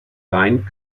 rein